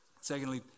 Secondly